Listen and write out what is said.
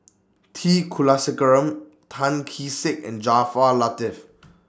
T Kulasekaram Tan Kee Sek and Jaafar Latiff